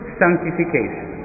sanctification